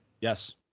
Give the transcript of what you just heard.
Yes